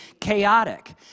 chaotic